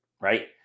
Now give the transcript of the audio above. right